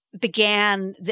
began